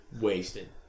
wasted